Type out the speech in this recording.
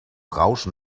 rauschen